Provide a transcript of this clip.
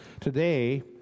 Today